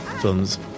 films